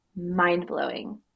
mind-blowing